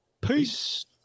Peace